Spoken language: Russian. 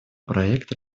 проект